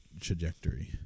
trajectory